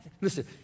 Listen